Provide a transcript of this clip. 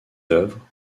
d’œuvre